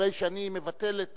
הרי שאני מבטל את